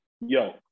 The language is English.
yo